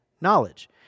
knowledge